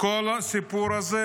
כל הסיפור הזה,